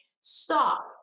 stop